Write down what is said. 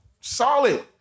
Solid